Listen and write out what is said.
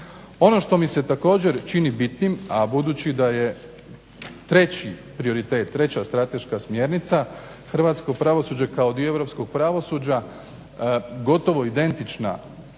Ono što mi se također čini bitnim, a budući da je treći prioritet, treća strateška smjernica, hrvatsko pravosuđe kao dio europskog pravosuđa gotovo identična